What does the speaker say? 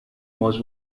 was